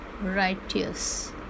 righteous